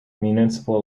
municipal